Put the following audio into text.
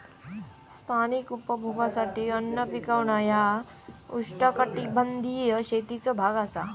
स्थानिक उपभोगासाठी अन्न पिकवणा ह्या उष्णकटिबंधीय शेतीचो भाग असा